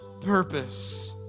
purpose